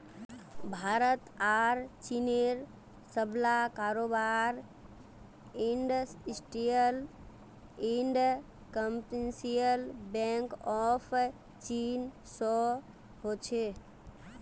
भारत आर चीनेर सबला कारोबार industrial and commercial bank of China स हो छेक